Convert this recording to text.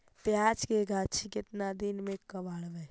प्याज के गाछि के केतना दिन में कबाड़बै?